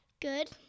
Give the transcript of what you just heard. Good